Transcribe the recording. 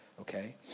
okay